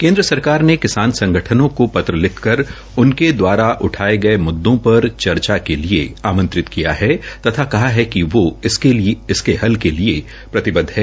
केन्द्र सरकार ने किसान संगठनों को पत्र लिखकर उनके द्वारा उठाये गये मुद्दों पर चर्चा के लिए आमंत्रित किया है तथा कहा है कि वो इसके हल के लिए हल के लिए प्रतिबद्ध है